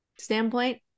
standpoint